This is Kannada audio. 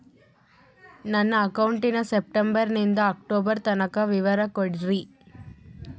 ನನ್ನ ಅಕೌಂಟಿನ ಸೆಪ್ಟೆಂಬರನಿಂದ ಅಕ್ಟೋಬರ್ ತನಕ ವಿವರ ಕೊಡ್ರಿ?